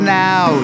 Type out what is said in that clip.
now